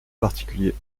particulier